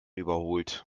überholt